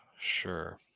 sure